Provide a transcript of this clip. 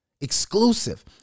exclusive